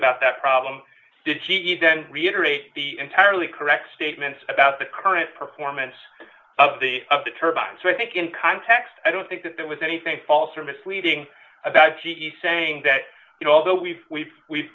about that problem did he then reiterate the entirely correct statements about the current performance of the of the turbine so i think in context i don't think that there was anything false or misleading about g e saying that although we've we've we've